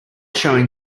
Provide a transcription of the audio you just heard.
showing